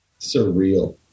surreal